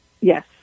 Yes